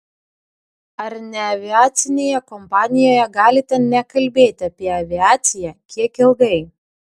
ar neaviacinėje kompanijoje galite nekalbėti apie aviaciją kiek ilgai